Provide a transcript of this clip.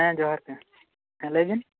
ᱦᱮᱸ ᱡᱚᱦᱟᱨ ᱜᱮ ᱦᱮᱸ ᱞᱟᱹᱭ ᱵᱤᱱ